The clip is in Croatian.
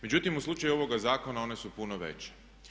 Međutim u slučaju ovoga zakona one su puno veće.